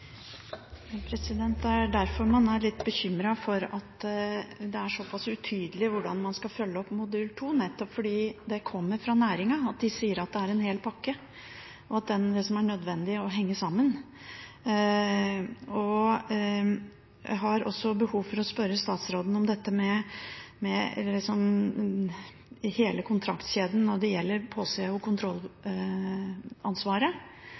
litt bekymret, for det er såpass utydelig hvordan man skal følge opp modul 2 – og nettopp fordi det kommer fra næringa. De sier at det er en hel pakke, og at det er nødvendig at den henger sammen. Jeg har også behov for å spørre statsråden om dette med hele kontraktskjeden når det gjelder påse- og kontrollansvaret,